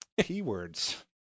keywords